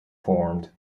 formed